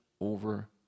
over